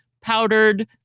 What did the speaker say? powdered